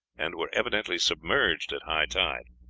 and were evidently submerged at high tide.